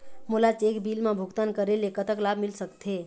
मोला cheque bill मा भुगतान करेले कतक लाभ मिल सकथे?